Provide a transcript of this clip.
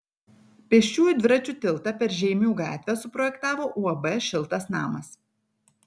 pėsčiųjų dviračių tiltą per žeimių gatvę projektavo uab šiltas namas